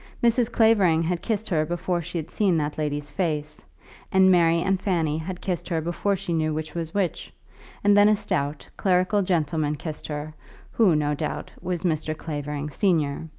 mrs. clavering had kissed her before she had seen that lady's face and mary and fanny had kissed her before she knew which was which and then a stout, clerical gentleman kissed her who, no doubt, was mr. clavering, senior.